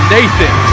Nathan